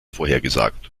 vorhergesagt